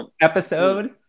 episode